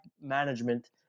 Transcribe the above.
management